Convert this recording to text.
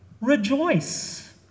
rejoice